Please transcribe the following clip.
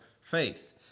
faith